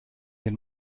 den